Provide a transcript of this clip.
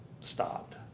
stopped